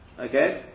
Okay